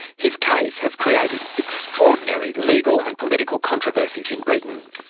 his case has created extraordinary legal and political controversies in britain.